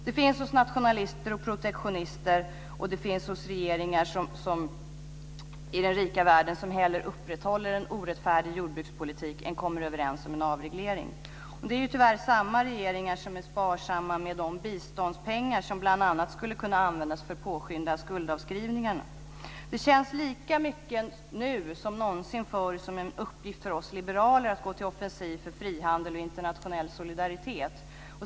Det finns hos nationalister och protektionister, och det finns hos regeringar i den rika världen som hellre upprätthåller en orättfärdig jordbrukspolitik än kommer överens om en avreglering. Det är tyvärr samma regeringar som är sparsamma med de biståndspengar som bl.a. skulle kunna användas för att påskynda skuldavskrivningarna. Det känns lika mycket nu som någonsin förr som en uppgift för oss liberaler att gå till offensiv för frihandel och internationell solidaritet.